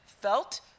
felt